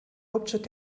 hauptstadt